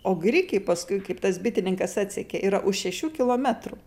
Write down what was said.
o grikiai paskui kaip tas bitininkas atsekė yra už šešių kilometrų